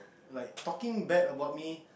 like talking bad about me